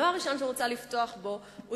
הדבר הראשון שאני רוצה לפתוח בו הוא